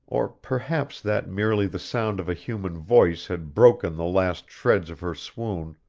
or perhaps that merely the sound of a human voice had broken the last shreds of her swoon,